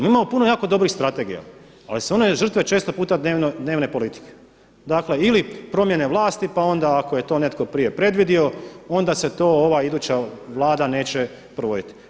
Mi imamo puno jako dobrih strategija ali su one žrtve često puta dnevne politike, dakle ili promjene vlasti pa onda ako je to netko prije predvidio onda se to ova iduća Vlada neće provoditi.